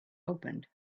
opened